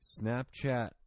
Snapchat